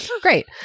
Great